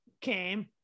came